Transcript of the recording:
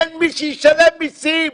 אין מי שישלם מסים.